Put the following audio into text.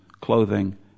clothing